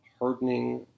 hardening